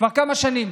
כבר כמה שנים.